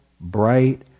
bright